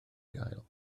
gael